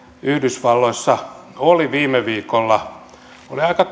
yhdysvalloissa oli viime viikolla oli aika